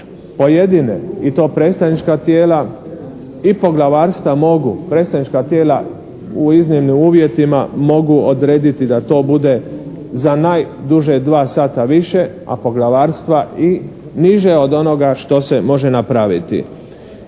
Pojedine i to predstavnička tijela i poglavarstva mogu, predstavnička tijela u iznimnim uvjetima mogu odrediti da to bude za najduže 2 sata više, a poglavarstva i niže od onoga što se može napraviti.